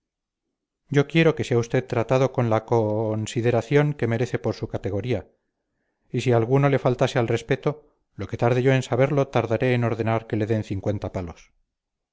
yo quiero que sea usted tratado con la co nsideración que merece por su categoría y si alguno le faltase al respeto lo que tarde yo en saberlo tardaré en ordenar que le den cincuenta palos